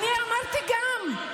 אני אמרתי גם,